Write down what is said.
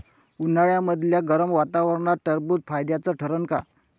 उन्हाळ्यामदल्या गरम वातावरनात टरबुज फायद्याचं ठरन का?